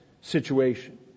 situation